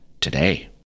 Today